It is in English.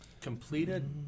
Completed